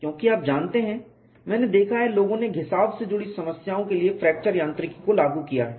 क्योंकि आप जानते हैं मैंने देखा है कि लोगों ने घिसाव से जुड़ी समस्याओं के लिए फ्रैक्चर यांत्रिकी को लागू किया है